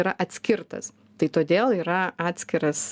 yra atskirtas tai todėl yra atskiras